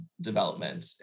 development